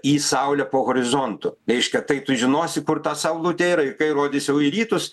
į saulę po horizontu reiškia tai tu žinosi kur ta saulutė yra ir kai rodys jau į rytus